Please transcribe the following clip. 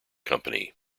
company